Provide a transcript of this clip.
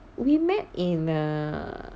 we met in err